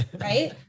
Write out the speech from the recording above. Right